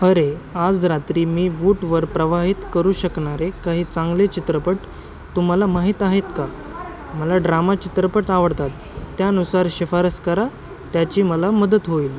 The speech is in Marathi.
अरे आज रात्री मी वूटवर प्रवाहित करू शकणारे काही चांगले चित्रपट तुम्हाला माहीत आहेत का मला ड्रामा चित्रपट आवडतात त्यानुसार शिफारस करा त्याची मला मदत होईल